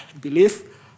belief